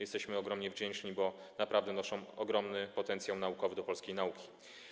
Jesteśmy ogromnie wdzięczni, bo naprawdę wnoszą ogromny potencjał naukowy do polskiej nauki.